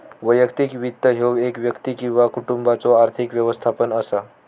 वैयक्तिक वित्त ह्यो एक व्यक्ती किंवा कुटुंबाचो आर्थिक व्यवस्थापन असा